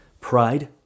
pride